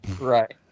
Right